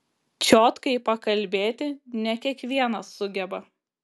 čiotkai pakalbėti ne kiekvienas sugeba